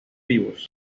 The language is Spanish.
vivos